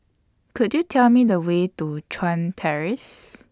Could YOU Tell Me The Way to Chuan Terrace